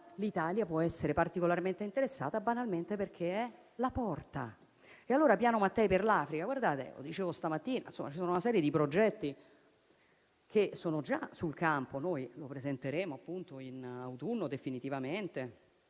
L'Italia può essere particolarmente interessata, banalmente, perché è la porta. E allora, piano Mattei per l'Africa sia! Lo dicevo stamattina: c'è una serie di progetti che è già sul campo. Li presenteremo in autunno, definitivamente: